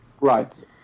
Right